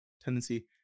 tendency